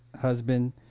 husband